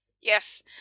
Yes